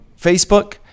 Facebook